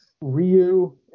ryu